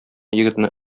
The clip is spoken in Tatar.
егетне